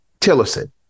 Tillerson